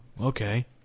okay